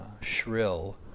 shrill